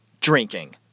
drinking